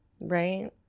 Right